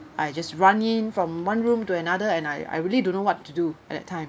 I just run in from one room to another and I I really don't know what to do at that time